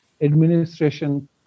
administration